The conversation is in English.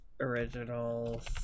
originals